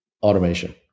automation